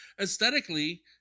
aesthetically